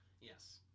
Yes